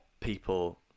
people